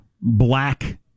black